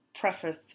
preface